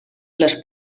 les